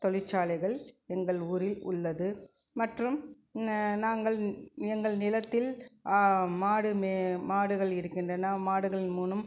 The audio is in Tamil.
தொழிற்சாலைகள் எங்கள் ஊரில் உள்ளது மற்றும் நாங்கள் எங்கள் நிலத்தில் மாடு மே மாடுகள் இருக்கின்றன மாடுகள் மூணும்